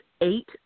eight